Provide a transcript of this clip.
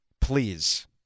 please